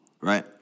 right